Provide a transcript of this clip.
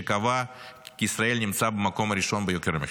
שקבע כי ישראל נמצאת במקום הראשון ביוקר המחיה.